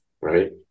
right